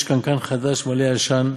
יש קנקן חדש מלא ישן,